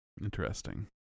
Interesting